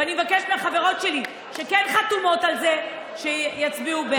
ואני מבקשת מהחברות שלי שכן חתומות על זה שיצביעו בעד.